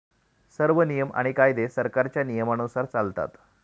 सर्व नियम आणि कायदे सरकारच्या नियमानुसार चालतात